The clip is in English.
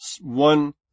one